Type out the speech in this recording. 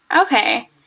Okay